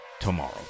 tomorrow